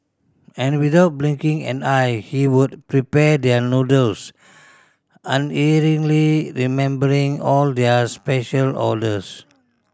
and without blinking an eye he would prepare their noodles unerringly remembering all their special orders